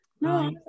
No